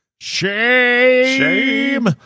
shame